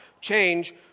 change